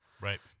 Right